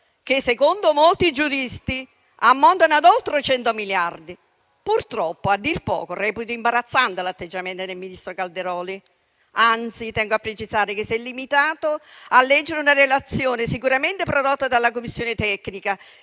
che, secondo molti giuristi, ammontano ad oltre 100 miliardi. Purtroppo, reputo a dir poco imbarazzante l'atteggiamento del ministro Calderoli, anzi tengo a precisare che si è limitato a leggere una relazione sicuramente prodotta dalla Commissione tecnica